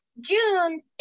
June